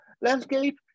landscape